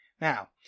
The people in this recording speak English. Now